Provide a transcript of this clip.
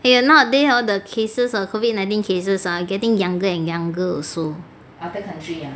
they're not then hor the cases of COVID nineteen cases are getting younger and younger also